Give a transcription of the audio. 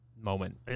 moment